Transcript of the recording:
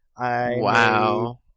Wow